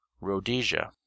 Rhodesia